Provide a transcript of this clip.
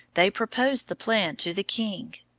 they proposed the plan to the king.